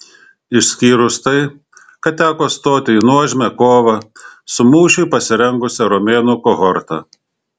išskyrus tai kad teko stoti į nuožmią kovą su mūšiui pasirengusia romėnų kohorta